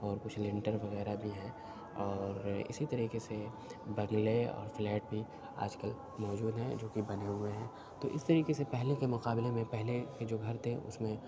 اور کچھ لنٹر وغیرہ بھی ہیں اور اسی طریقے سے بنگلے اور فلیٹ بھی آج کل موجود ہیں جو کہ بنے ہوئے ہیں تو اس طریقے سے پہلے کے مقابلے میں پہلے کے جو گھر تھے اس میں